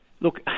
Look